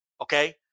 Okay